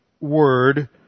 word